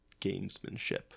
gamesmanship